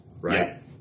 right